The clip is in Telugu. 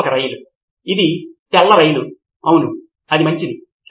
కానీ ప్రతి విద్యార్థి తప్పనిసరిగా ఆ ఖండము గురించి ఒకే విధంగా ఆలోచించాల్సిన అవసరం లేదు